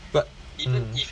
but mm